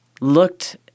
looked